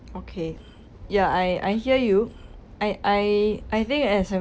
okay ya I I hear you I I I think as I